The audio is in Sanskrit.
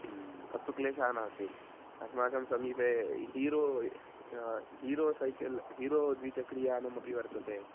अस्तु क्लेशः नास्ति अस्माकं समीपे हीरो हीरो सैकल् हीरो द्विचक्रिकायानमपि वर्तते